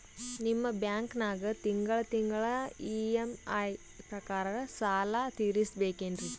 ನಿಮ್ಮ ಬ್ಯಾಂಕನಾಗ ತಿಂಗಳ ತಿಂಗಳ ಇ.ಎಂ.ಐ ಪ್ರಕಾರನ ಸಾಲ ತೀರಿಸಬೇಕೆನ್ರೀ?